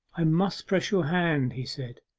i must press your hand he said.